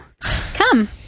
come